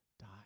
die